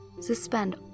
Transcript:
suspend